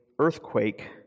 earthquake